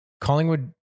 Collingwood